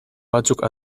batzuk